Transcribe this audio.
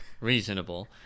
reasonable